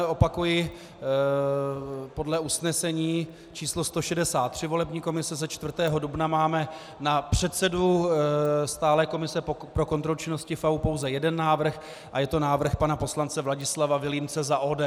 Opakuji, podle usnesení číslo 163 volební komise ze 4. dubna máme na předsedu stálé komise pro kontrolu činnosti FAÚ pouze jeden návrh, je to návrh pana poslance Vladislava Vilímce za ODS.